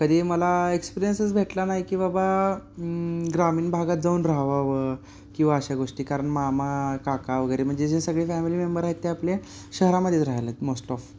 कधी मला एक्सपिरियन्सच भेटला नाही की बाबा ग्रामीण भागात जाऊन राहावावं किंवा अशा गोष्टी कारण मामा काका वगैरे म्हणजे जे सगळे फॅमिली मेंबर आहेत ते आपले शहरामध्येच राहिले आहेत मोस्ट ऑफ